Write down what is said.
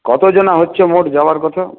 কতজনা হচ্ছে মোট যাওয়ার কথা